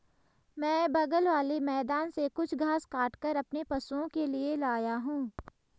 मैं बगल वाले मैदान से कुछ घास काटकर अपने पशुओं के लिए लाया हूं